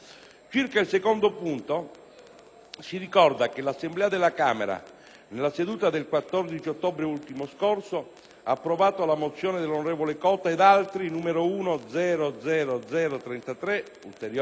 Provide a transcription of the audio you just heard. si ricorda che l'Assemblea della Camera, nella seduta del 14 ottobre ultimo scorso, ha approvato la mozione dell'onorevole Cota ed altri 1-00033 (Ulteriore nuova formulazione) la quale,